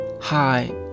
Hi